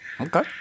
Okay